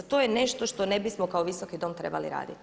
To je nešto što ne bismo kao visoki dom trebali raditi.